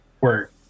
Work